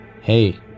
hey